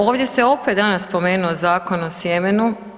Ovdje se opet danas spomenuo Zakon o sjemenu.